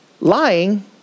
lying